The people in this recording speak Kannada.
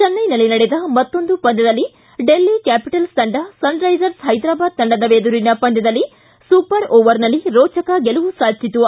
ಚೆನ್ನೈನಲ್ಲಿ ನಡೆದ ಮತ್ತೊಂದು ಪಂದ್ಯದಲ್ಲಿ ಡೆಲ್ಲಿ ಕ್ಕಾಪಿಟಲ್ಸ್ ತಂಡ ಸನ್ರೈಸರ್ಸ್ ಹೈದರಾಬಾದ್ ತಂಡದ ಎದುರಿನ ಪಂದ್ಯದಲ್ಲಿ ಸೂಪರ್ ಓವರ್ನಲ್ಲಿ ರೋಚಕ ಗೆಲುವು ಸಾಧಿಸಿತು